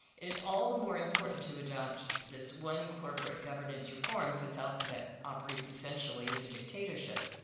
it is all the more important to adopt this one corporate governance reform since alphabet operates essentially as a dictatorship.